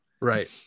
Right